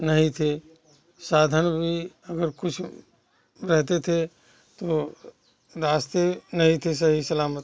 नहीं थे साधन भी अगर कुछ रहते थे तो रास्ते नहीं थे सही सलामत